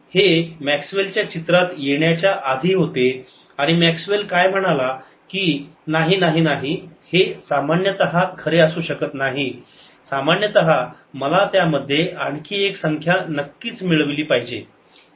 हे मॅक्सवेल च्या चित्रात येण्याच्या आधी होते आणि मॅक्सवेल काय म्हणाला की नाही नाही नाही हे सामान्यतः खरे असू शकत नाही सामान्यतः मला त्यामध्ये आणखी एक संख्या नक्कीच मिळवली पाहिजे